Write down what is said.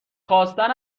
خواستن